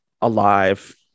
alive